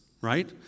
right